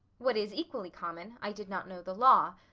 what is equally common, i did not know the law.